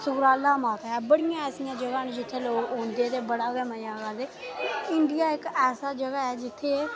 सुकराला माता ऐ बड़ियां ऐसियां जगहां न जित्थै लोक औंदे ते बड़ा गै मजा करदे इंडिया इक ऐसा जगह् ऐ जित्थै